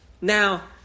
Now